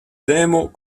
demo